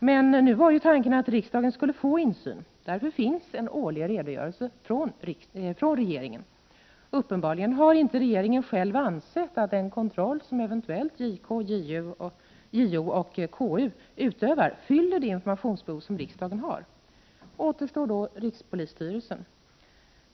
Men nu var ju tanken att riksdagen skulle få insyn — därför finns en årlig redogörelse från regeringen. Uppenbarligen har inte regeringen själv ansett att den kontroll som eventuellt JK, JO och KU utövar fyller det informationsbehov som riksdagen har. Återstår då rikspolisstyrelsen.